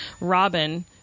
robin